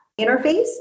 interface